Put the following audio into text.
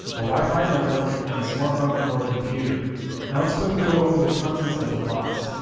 a wifi network and a smartphone or computer now let's quickly go over the contents of the box.